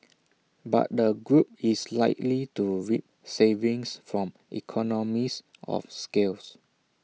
but the group is likely to reap savings from economies of scales